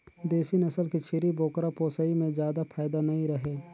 देसी नसल के छेरी बोकरा पोसई में जादा फायदा नइ रहें